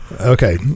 okay